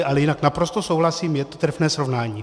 Ale jinak naprosto souhlasím, je to trefné srovnání.